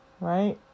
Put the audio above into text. right